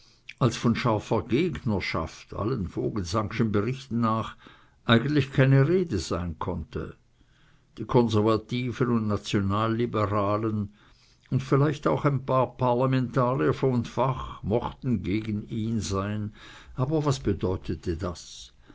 als von scharfer gegnerschaft allen vogelsangschen berichten nach eigentlich keine rede sein konnte die konservativen und nationalliberalen und vielleicht auch ein paar parlamentarier von fach mochten gegen ihn sein aber was bedeutete das